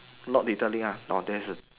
not detailing nor there's